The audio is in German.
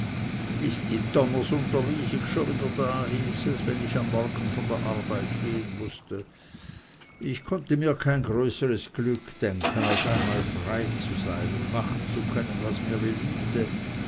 ist die donners unterwisig scho wieder da hieß es wenn ich am morgen von der arbeit gehen mußte ich konnte mir kein größeres glück denken als einmal frei zu sein und machen zu können was mir beliebte